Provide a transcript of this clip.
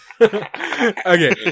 Okay